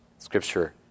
Scripture